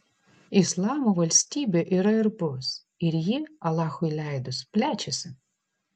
islamo valstybė yra ir bus ir ji alachui leidus plečiasi